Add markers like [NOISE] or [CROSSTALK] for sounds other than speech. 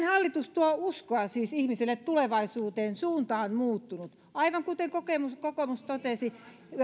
[UNINTELLIGIBLE] hallitus tuo siis ihmisille uskoa tulevaisuuteen suunta on muuttunut aivan kuten kokoomus totesi